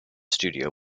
studio